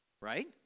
right